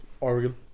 Oregon